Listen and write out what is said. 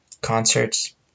concerts